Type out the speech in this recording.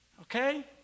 okay